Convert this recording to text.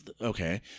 okay